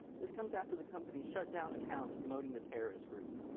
this comes after the company shut down accounts promoting the terrorist group.